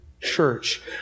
church